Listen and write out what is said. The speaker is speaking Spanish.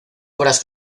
obras